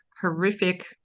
horrific